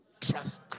trust